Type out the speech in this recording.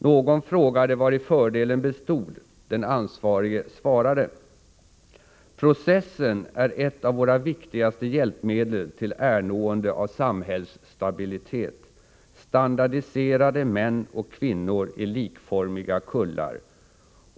Någon frågade vari fördelen bestod. Den ansvarige svarade: ”Processen är ett av våra viktigaste hjälpmedel till ernående av samhällsstabilitet. Standardiserade män och kvinnor i likformiga kullar.